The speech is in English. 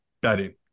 betting